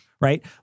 right